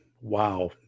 wow